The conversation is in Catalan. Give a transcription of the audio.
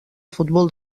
futbol